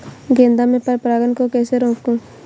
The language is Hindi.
गेंदा में पर परागन को कैसे रोकुं?